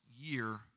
year